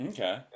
Okay